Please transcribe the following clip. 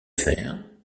fer